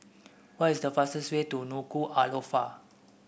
what is the fastest way to Nuku'alofa